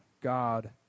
God